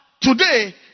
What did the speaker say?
today